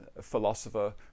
philosopher